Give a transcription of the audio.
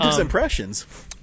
impressions